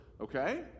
okay